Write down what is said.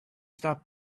stop